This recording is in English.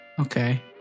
Okay